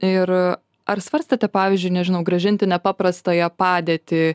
ir ar svarstote pavyzdžiui nežinau grąžinti nepaprastąją padėtį